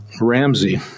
Ramsey